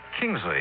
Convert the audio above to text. Kingsley